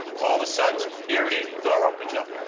all of a sudden, here it is. the door opens up.